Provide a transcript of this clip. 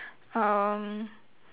um